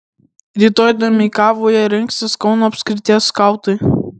rytoj domeikavoje rinksis kauno apskrities skautai